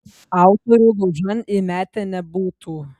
autorių laužan įmetę nebūtų